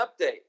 update